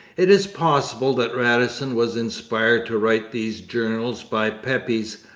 it is possible that radisson was inspired to write these journals by pepys,